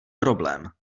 problém